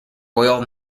royal